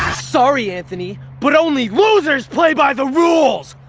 sorry, anthony, but only losers play by the rules!